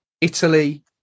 Italy